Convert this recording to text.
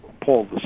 Paul